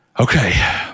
Okay